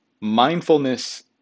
Mindfulness